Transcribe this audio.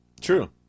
true